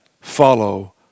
follow